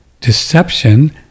Deception